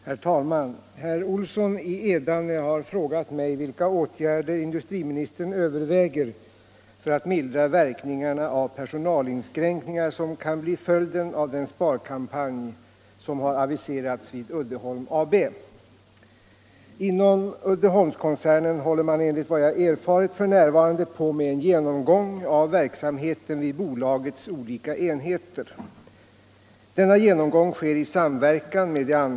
Herr talman! Herr Olsson i Edane har frågat mig vilka åtgärder industriministern överväger för att mildra verkningarna av personalinskränkningar som kan bli följden av den sparkampanj som har aviserats vid Uddeholm AB.